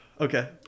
Okay